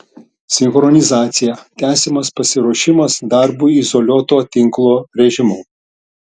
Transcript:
sinchronizacija tęsiamas pasiruošimas darbui izoliuoto tinklo režimu